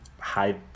high